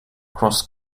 cross